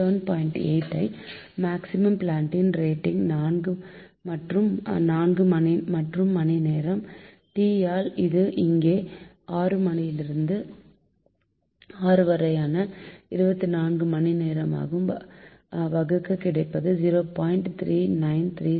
8 ஐ maximum plant rating 4 மற்றும் மணி நேரம் T யால் இது இங்கே 6 மணி யிலிருந்து 6 வரையான 24 மணி நேரம் வகுக்க கிடைப்பது 0